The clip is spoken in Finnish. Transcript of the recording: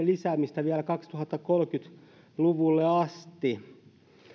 lisäämistä vielä kaksituhattakolmekymmentä luvulle asti